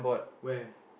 where